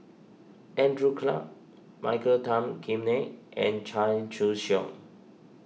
Andrew Clarke Michael Tan Kim Nei and Chan Choy Siong